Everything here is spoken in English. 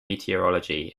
meteorology